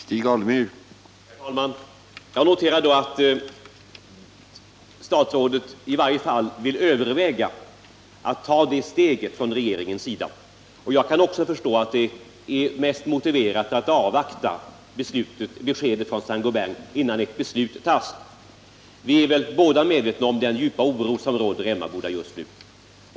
Herr talman! Jag noterar att statsrådet i varje fall vill överväga möjligheten att regeringen tar det steget. Jag kan också förstå att det är mest motiverat att avvakta beskedet från Saint Gobain innan något beslut fattas. Vi är båda medvetna om den djupa oro som råder i Emmaboda just nu.